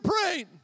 praying